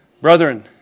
Brethren